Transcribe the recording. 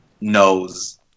knows